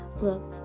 Look